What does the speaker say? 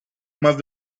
más